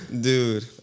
dude